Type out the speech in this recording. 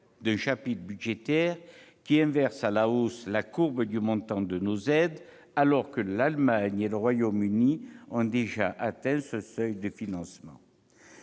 d'un chapitre budgétaire qui inverse « à la hausse » la courbe du montant de nos aides, alors que l'Allemagne ou le Royaume-Uni ont déjà atteint ce seuil de financement.